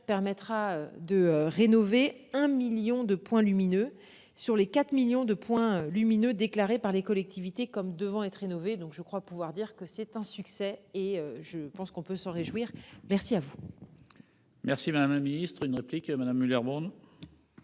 permettra de rénover un million de points lumineux sur les 4 millions de points lumineux déclarés par les collectivités comme devant être rénovées. Donc, je crois pouvoir dire que c'est un succès et je pense qu'on peut s'en réjouir. Merci. Merci madame la ministre, une réplique Madame Muller-Bronn.